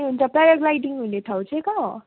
ए हुन्छ प्याराग्लाइडिङ हुने ठाउँ चाहिँ कहाँ हो